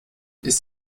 ist